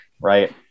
right